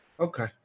Okay